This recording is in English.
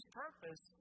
purpose